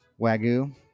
Wagyu